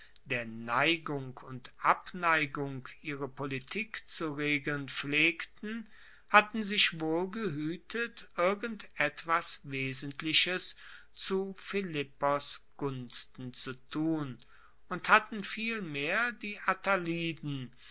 der neigung und abneigung ihre politik zu regeln pflegten hatten sich wohl gehuetet irgend etwas wesentliches zu philippos gunsten zu tun und hatten vielmehr die